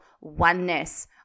oneness